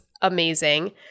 amazing